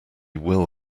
will